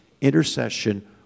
Intercession